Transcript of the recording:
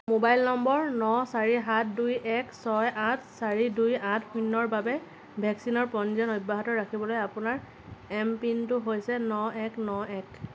mobile নম্বৰ ন চাৰি সাত দুই এক ছয় আঠ চাৰি দুই আঠ শূণ্যৰ বাবে ভেকচিনৰ পঞ্জীয়ন অব্যাহত ৰাখিবলৈ আপোনাৰ এম পিনটো হৈছে ন এক ন এক